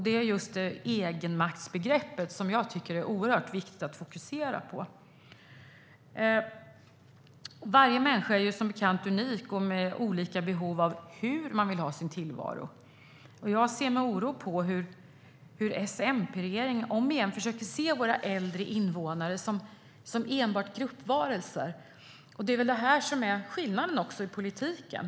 Det är just egenmaktsbegreppet som jag tycker att det är oerhört viktigt att fokusera på. Varje människa är som bekant unik. Människor har olika behov och vill ha sin tillvaro på olika sätt. Jag ser med oro på hur S-MP-regeringen omigen försöker se våra äldre invånare som enbart gruppvarelser. Det är väl det som är skillnaden också i politiken.